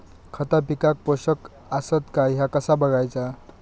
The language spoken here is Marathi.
खता पिकाक पोषक आसत काय ह्या कसा बगायचा?